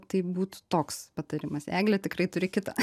tai būtų toks patarimas eglė tikrai turi kitą